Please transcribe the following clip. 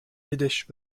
yiddish